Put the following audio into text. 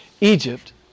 Egypt